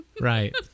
Right